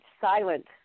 Silent